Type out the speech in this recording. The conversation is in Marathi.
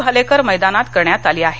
भालेकर मैदानात करण्यात आली आहे